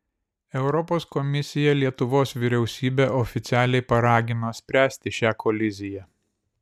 europos komisija lietuvos vyriausybę oficialiai paragino spręsti šią koliziją